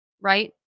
right